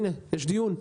הנה, יש דיון.